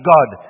God